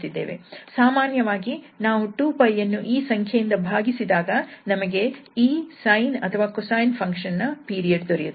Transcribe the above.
ಸಾಮಾನ್ಯವಾಗಿ ನಾವು 2𝜋 ಯನ್ನು ಈ ಸಂಖ್ಯೆಯಿಂದ ಭಾಗಿಸಿದಾಗ ನಮಗೆ ಈ sine ಅಥವಾ cosine ಫಂಕ್ಷನ್ ನ ಪೀರಿಯಡ್ ದೊರೆಯುತ್ತದೆ